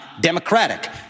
democratic